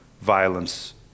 violence